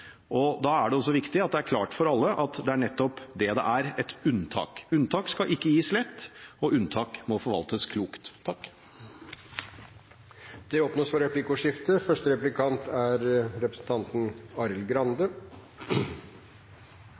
og da er det også viktig at det er klart for alle at det er nettopp det det er – et unntak. Unntak skal ikke gis lett, og unntak må forvaltes klokt. Det åpnes for replikkordskifte. Det er